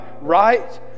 right